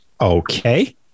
Okay